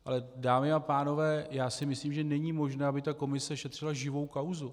Ale dámy a pánové, já si myslím, že není možné, aby komise šetřila živou kauzu.